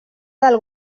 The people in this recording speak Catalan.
del